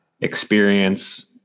experience